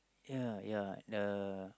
ya ya the